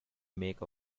make